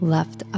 Left